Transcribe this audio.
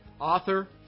author